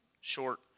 short